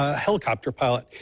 ah helicopter pilot.